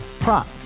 Prop